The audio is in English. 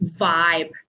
vibe